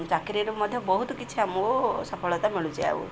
ଚାକିରିରେ ମଧ୍ୟ ବହୁତ କିଛି ଆମକୁ ସଫଳତା ମିଳୁଛି ଆଉ